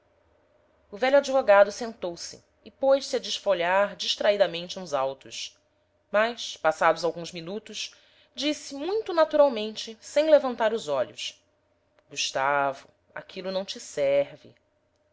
o velho advogado sentou-se e pôs-se a desfolhar distraidamente uns autos mas passados alguns minutos disse muito naturalmente sem levantar os olhos gustavo aquilo não te serve